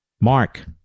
Mark